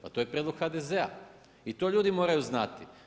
To je prijedlog HDZ-a i to ljudi moraju znati.